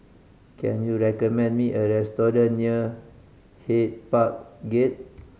can you recommend me a restaurant near Hyde Park Gate